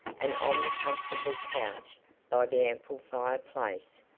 and on the comfortable couch by the ample fire-place,